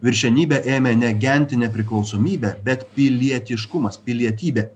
viršenybę ėmė ne gentinė priklausomybė bet pilietiškumas pilietybė